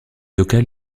locale